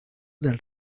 del